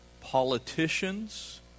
politicians